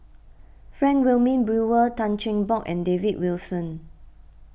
Frank Wilmin Brewer Tan Cheng Bock and David Wilson